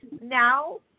now